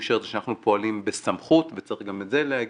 הוא אישר את זה שאנחנו פועלים בסמכות וצריך גם את זה להגיד,